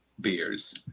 beers